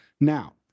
Now